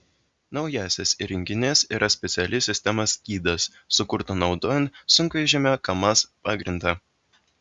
naujasis įrenginys yra speciali sistema skydas sukurta naudojant sunkvežimio kamaz pagrindą